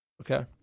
Okay